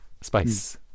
spice